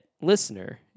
listener